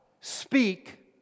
speak